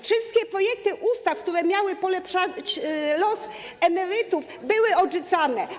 Wszystkie projekty ustaw, które miały polepszać los emerytów, były odrzucane.